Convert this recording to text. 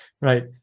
right